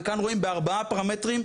וכאן רואים בארבעה פרמטרים,